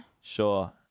Sure